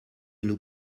nous